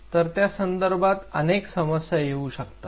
तर त्या संदर्भात अनेक समस्या येऊ शकतात